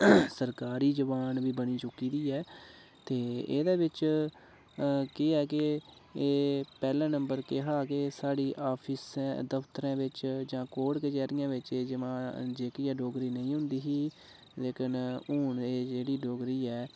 सरकारी जबान बी बनी चुकी दी ऐ ते एह्दे बिच्च केह् ऐ के पैह्ले नम्बर के हा के साढ़ी आफिसें दफ्तरें बिच्च जां कोर्ट कचैह्रियें बिच्च डोगरी नेई होंदी ही लेकिन हून एह् जेह्ड़ी डोगरी ऐ